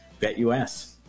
BetUS